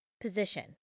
position